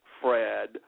Fred